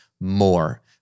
more